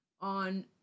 on